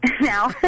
now